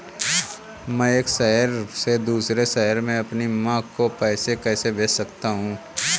मैं एक शहर से दूसरे शहर में अपनी माँ को पैसे कैसे भेज सकता हूँ?